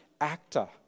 actor